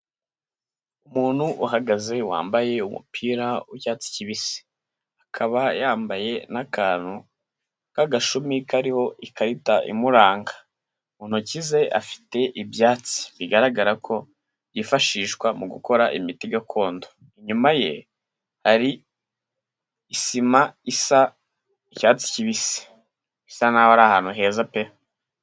Umuntu uhagaze wambaye umupira w'icyatsi kibisi, akaba yambaye n'akantu k'agashumi kariho ikarita imuranga, mu ntoki ze afite ibyatsi bigaragara ko yifashishwa mu gukora imiti gakondo. Inyuma ye hari isima isa icyatsi kibisi, bisa nk'aho ari ahantu heza pe.